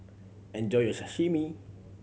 enjoy your Sashimi